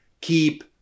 keep